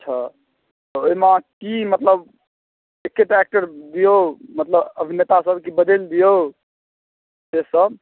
अच्छा तऽ ओहिमे कि मतलब एकेटा एक्टर दिऔ मतलब अभिनेतासबके बदलि दिऔ से सब